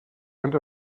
went